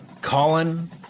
Colin